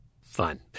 fun